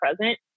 present